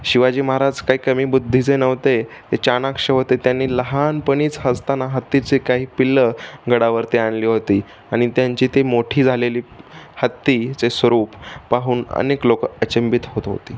शिवाजी महाराज काही कमी बुद्धीचे नव्हते ते चाणाक्ष होते त्यांनी लहानपणीच असताना हत्तीचे काही पिल्लं गडावरती आणली होती आणि त्यांची ती मोठी झालेली हत्तीचे स्वरूप पाहून अनेक लोक अचंबित होत होती